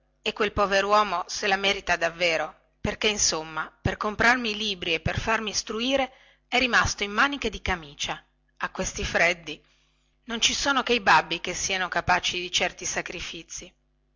e quel poveruomo se la merita davvero perché insomma per comprarmi i libri e per farmi istruire è rimasto in maniche di camicia a questi freddi non ci sono che i babbi che sieno capaci di certi sacrifizi